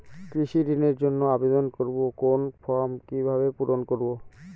কৃষি ঋণের জন্য আবেদন করব কোন ফর্ম কিভাবে পূরণ করব?